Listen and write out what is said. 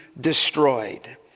destroyed